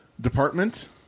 department